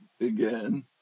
again